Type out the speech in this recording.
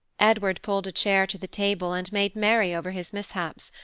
edward pulled a chair to the table and made merry over his mishaps,